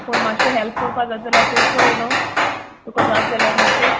पूण मातशें हेल्प कोरपा जाता जाल्यार तूं चोय न्हू तुको जात जाल्यार मातशें